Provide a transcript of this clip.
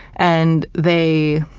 and they,